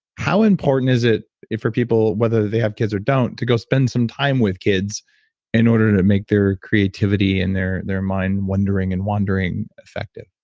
how important is it it for people, whether they have kids or don't, to go spend some time with kids in order to make their creativity and their their mind-wandering and wondering effective?